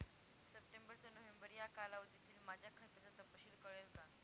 September ते November या कालावधीतील माझ्या खात्याचा तपशील कळेल का?